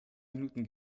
minuten